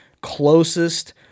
closest